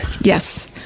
Yes